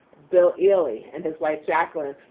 bill ellie and his wife, jacqueline.